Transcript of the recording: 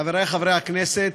חברי חברי הכנסת,